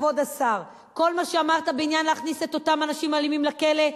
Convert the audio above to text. כבוד השר: כל מה שאמרת בעניין להכניס את אותם אנשים אלימים לכלא,